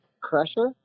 crusher